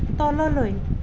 তললৈ